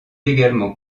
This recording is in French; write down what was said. également